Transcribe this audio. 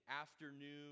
afternoon